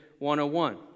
101